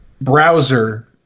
browser